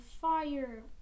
fire